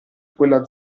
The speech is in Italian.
quella